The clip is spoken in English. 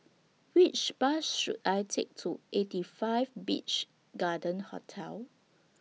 Which Bus should I Take to eighty five Beach Garden Hotel